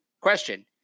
Question